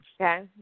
Okay